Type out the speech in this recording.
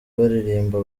baririmba